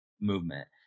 movement